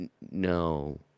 no